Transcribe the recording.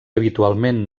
habitualment